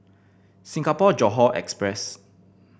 Singapore Johore Express